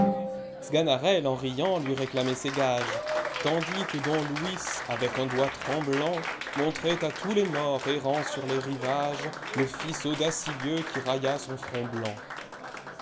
en riant lui réclamait ses gages tandis que don luis avec un doigt tremblant montrait h tous les morts errant sur les rivagesle fils audacieux qui railla son front blanc